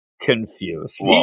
confused